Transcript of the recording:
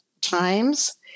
times